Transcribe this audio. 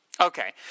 Okay